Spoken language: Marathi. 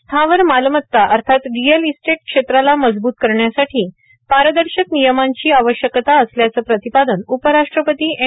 स्थावर मालमत्ता अर्थात रियल इस्टेट क्षेत्राला मजबूत करण्यासाठी पारदर्शक नियमांची आवश्यकता असल्याचं प्रतिपादन उपराष्ट्रपती एम